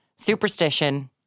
Superstition